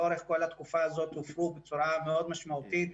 לאורך כל התקופה הזאת הופרו בצורה מאוד משמעותית.